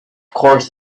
course